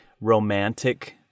romantic